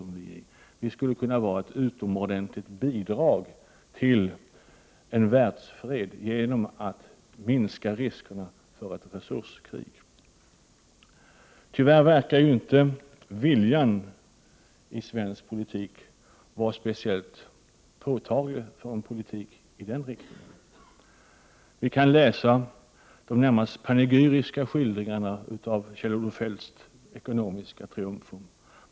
Det skulle kunna vara ett utomordentligt bidrag till världsfreden genom att minska riskerna för ett resurskrig. Tyvärr verkar inte viljan vara speciellt påtaglig för en svensk politik i den riktningen. Vi kan ju läsa de närmast panegyriska skildringarna av Kjell-Olof Feldts ekonomiska triumfer.